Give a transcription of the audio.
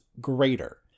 greater